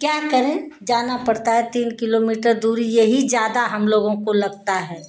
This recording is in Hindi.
क्या करें जाना पड़ता है तीन किलोमीटर दूरी यही ज़्यादा हम लोगों को लगता है